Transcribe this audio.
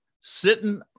Sitting